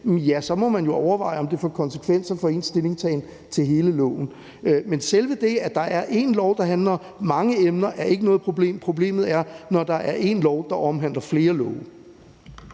så må man jo overveje, om det får konsekvenser for ens stillingtagen til hele loven. Men selve det, at der er én lov, der handler om mange emner, er ikke noget problem. Problemet er, når der er én lov, der omhandler flere love.